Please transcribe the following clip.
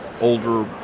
older